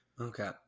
Okay